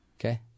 Okay